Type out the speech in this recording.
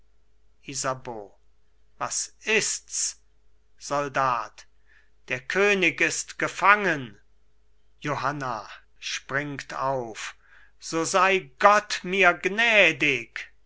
was ists soldat der könig ist gefangen johanna springt auf so sei gott mir gnädig